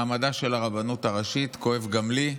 מעמדה של הרבנות הראשית כואב גם לי.